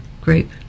group